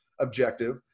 objective